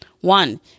One